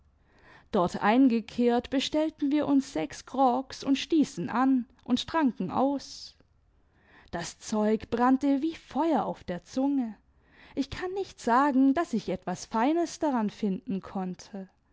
dort eingekehrt bestellten wir uns sechs grogs und stießen an und tranken aus das zeug brannte wie feuer auf der zunge ich kann nicht sagen daß ich etwas feines daran finden konnte